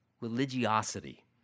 religiosity